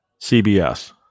CBS